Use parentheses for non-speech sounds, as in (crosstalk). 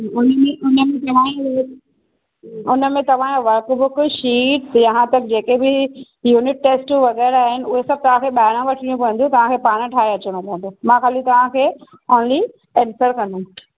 हुन उअई चयई उहो हुन में तव्हां वर्क बुक शीट यहा तक जे के बि यूनिट टेस्टू वग़ैरह आहिनि उहे सभु तव्हांखे ॿाहिरां वठिणी पवंदी तव्हांखे पाणि ठाहे अचिणो पवंदो मां ख़ाली तव्हांखे ओनली (unintelligible) कंदमि